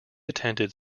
attended